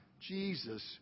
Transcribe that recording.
Jesus